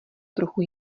trochu